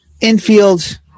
infield